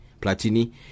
Platini